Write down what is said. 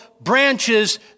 branches